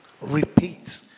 repeat